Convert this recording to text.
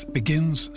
begins